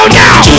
now